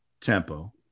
tempo